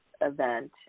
event